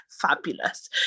fabulous